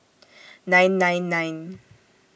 nine nine nine